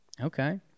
Okay